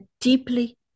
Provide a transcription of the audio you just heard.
deeply